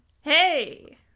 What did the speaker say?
hey